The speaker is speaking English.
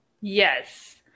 yes